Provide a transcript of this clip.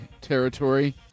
territory